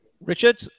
richard